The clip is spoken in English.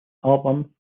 album